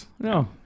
no